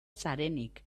zarenik